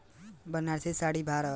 बनारसी साड़ी भारत में सबसे नामी बाटे